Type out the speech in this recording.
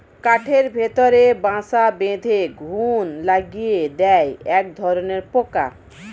কাঠের ভেতরে বাসা বেঁধে ঘুন লাগিয়ে দেয় একধরনের পোকা